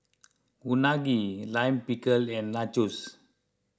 Unagi Lime Pickle and Nachos